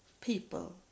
people